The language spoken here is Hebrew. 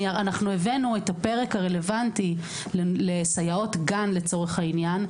אנחנו הבאנו את הפרק הרלוונטי לסייעות גן לצורך העניין,